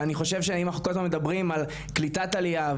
ואני חושב שאם אנחנו כל הזמן מדברים על קליטת עלייה,